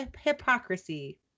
Hypocrisy